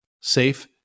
safe